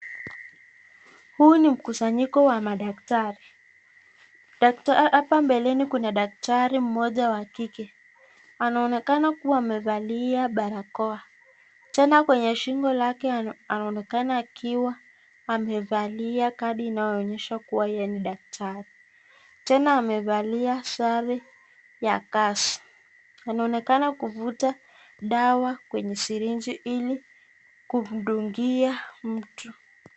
Huu ni mkusanyiko wa madaktari. Daktari hapa mbele ni kuna daktari mmoja wa kike. Anaonekana kuwa amevalia barakoa. Tena kwenye shingo lake anaonekana akiwa amevalia kadi inayoonyesha kuwa yeye ni daktari. Tena amevalia sare ya kazi. Anaonekana kuvuta dawa kwenye sirinji ili kumdungia mtu.